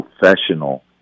professional